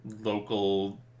local